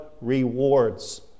rewards